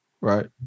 right